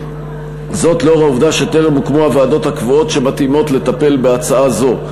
לאור העובדה שטרם הוקמו הוועדות הקבועות שמתאימות לטפל בהצעה זו.